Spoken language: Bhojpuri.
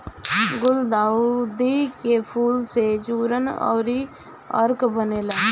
गुलदाउदी के फूल से चूर्ण अउरी अर्क बनेला